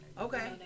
Okay